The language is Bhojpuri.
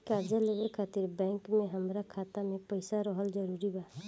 कर्जा लेवे खातिर बैंक मे हमरा खाता मे पईसा रहल जरूरी बा?